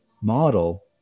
model